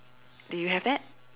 do you have that